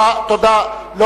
תודה רבה.